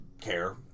care